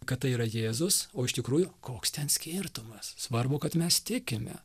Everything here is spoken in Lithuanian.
kad tai yra jėzus o iš tikrųjų koks ten skirtumas svarbu kad mes tikime